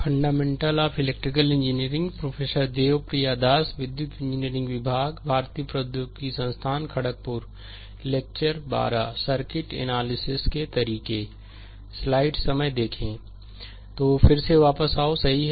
fundamental of electrical engineering prof Debapriya Das विद्युत engineering विभाग भारतीय प्रौद्योगिकी संस्थान खड़गपुर लेक्चर 12 सर्किट एनालिसिस के तरीके स्लाइड समय देखें 0024 तो फिर से वापस आओ सही है